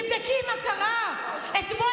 אולי תבדקי מה קרה בשג'אעיה.